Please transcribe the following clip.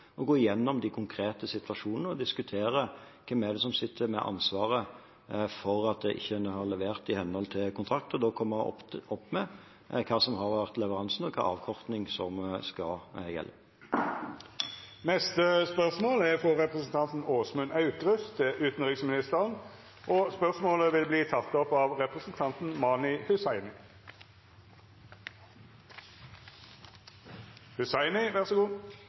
gå igjennom de konkrete situasjonene, diskutere hvem det er som sitter med ansvaret for at det ikke er levert i henhold til kontrakt, og da komme opp med hva som har vært leveransen, og hvilken avkorting som skal gjelde. Dette spørsmålet er trukket tilbake. Dette spørsmålet, frå representanten Åsmund Aukrust til utanriksministeren, vert teke opp av representanten Mani